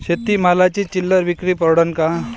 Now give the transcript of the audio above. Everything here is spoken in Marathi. शेती मालाची चिल्लर विक्री परवडन का?